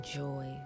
joy